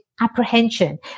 apprehension